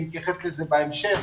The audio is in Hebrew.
אני אתייחס לזה בהמשך